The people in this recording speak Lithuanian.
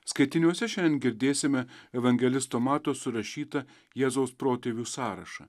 skaitiniuose šiandien girdėsime evangelisto mato surašytą jėzaus protėvių sąrašą